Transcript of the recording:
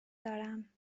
دارم